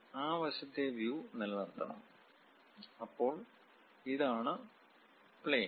ആ വശത്തെ വ്യൂ നിലനിർത്തണം അപ്പോൾ ഇതാണ് പ്ലയിൻ